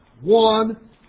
one